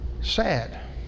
Sad